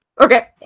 Okay